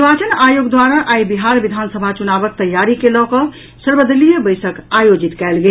निर्वाचन आयोग द्वारा आई बिहार विधानसभा चुनावक तैयारी के लऽ कऽ सर्वदलीय बैसक आयोजित कयल गेल